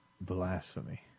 blasphemy